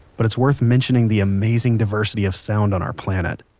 but it's worth mentioning the amazing diversity of sound on our planet.